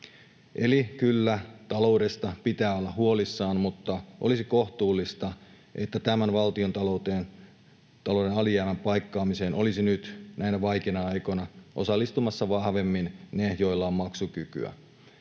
Eli kyllä taloudesta pitää olla huolissaan, mutta olisi kohtuullista, että tämän valtiontalouden alijäämän paikkaamiseen olisivat nyt näinä vaikeina aikoina osallistumassa vahvemmin ne, joilla on maksukykyä.